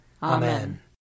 Amen